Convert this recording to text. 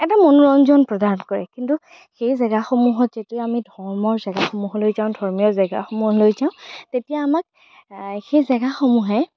এটা মনোৰঞ্জন প্ৰদান কৰে কিন্তু সেই জেগাসমূহত যেতিয়া আমি ধৰ্মৰ জেগাসমূহলৈ যাওঁ ধৰ্মীয় জেগাসমূহলৈ যাওঁ তেতিয়া আমাক সেই জেগাসমূহে